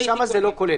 אז שם זה לא כולל.